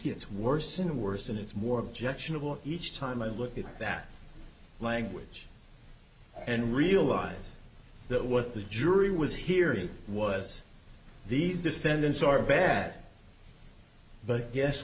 gets worse and worse and it's more objectionable each time i look at that language and realize that what the jury was hearing was these defendants are bad but guess